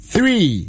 Three